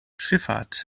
schifffahrt